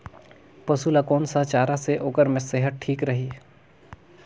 पशु ला कोन स चारा से ओकर सेहत ठीक रही?